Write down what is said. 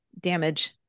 Damage